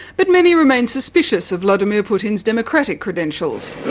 but many remain suspicious of vladimir putin's democratic credentials.